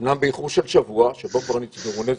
אמנם באיחור של שבוע שבו כבר נצברו נזקים,